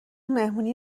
مهمونی